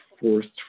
forced